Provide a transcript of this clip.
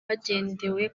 hagendewe